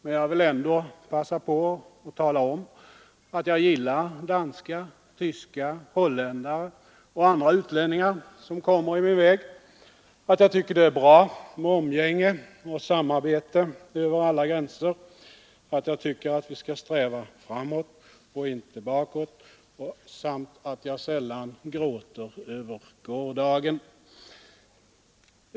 Men jag vill ändå passa på och tala om att jag gillar danskar, tyskar, holländare och andra utlänningar som kommer i min väg, att jag tycker det är bra med umgänge och samarbete över gränserna samt att jag tycker att vi skall sträva framåt, inte bakåt, och att jag sällan gråter över gårdagen.